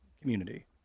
community